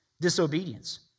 disobedience